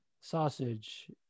sausage